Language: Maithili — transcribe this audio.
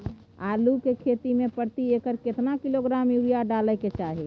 आलू के खेती में प्रति एकर केतना किलोग्राम यूरिया डालय के चाही?